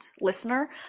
listener